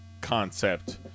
concept